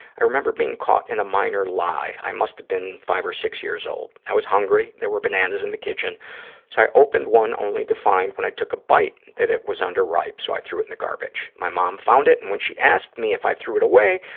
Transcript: i remember being caught in a minor lie. i must have been five or six years old. i was hungry. there were bananas in the kitchen, so i opened one only to find when i took a bite that it was underripe, so i threw it in the garbage. my mom found it and when she asked me if i threw it away,